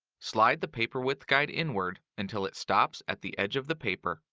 slide the paper width guide inward until it stops at the edge of the paper.